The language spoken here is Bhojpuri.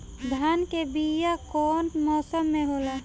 धान के बीया कौन मौसम में होला?